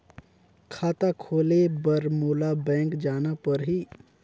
खाता खोले बर मोला बैंक जाना परही?